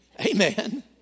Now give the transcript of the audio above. Amen